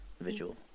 visual